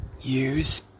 use